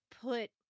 put